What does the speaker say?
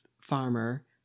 Farmer